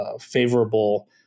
favorable